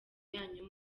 yanyu